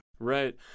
Right